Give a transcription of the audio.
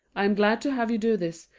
i am glad to have you do this,